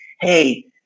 Hey